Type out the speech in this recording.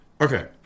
Okay